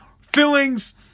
fillings